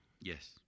Yes